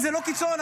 זה לא קיצון.